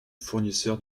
fournisseurs